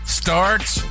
starts